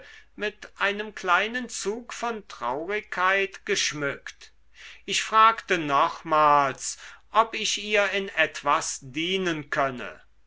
mit einem kleinen zug von traurigkeit geschmückt ich fragte nochmals ob ich ihr in etwas dienen könne